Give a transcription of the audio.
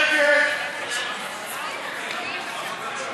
את הצעת חוק